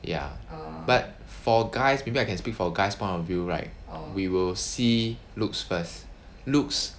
ya but for guys maybe I can speak for guys point of view right we will see looks first looks